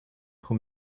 who